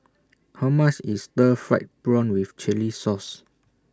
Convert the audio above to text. How much IS Stir Fried Prawn with Chili Sauce